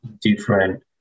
different